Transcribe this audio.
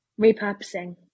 repurposing